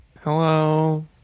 Hello